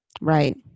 Right